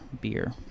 beer